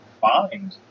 find